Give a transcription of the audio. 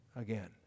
again